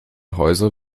häuser